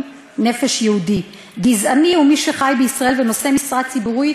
"נפש יהודי"; גזעני הוא מי שחי בישראל ונושא משרה ציבורית,